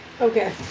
Okay